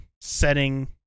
setting